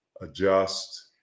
adjust